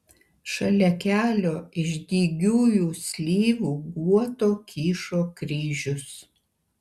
šalia kelio iš dygiųjų slyvų guoto kyšo kryžius